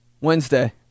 Wednesday